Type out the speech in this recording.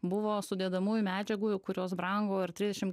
buvo sudedamųjų medžiagų jau kurios brango ir trisdešimt